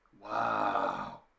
Wow